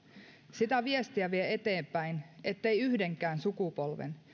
sitä viestiä vie eteenpäin ettei yhdenkään sukupolven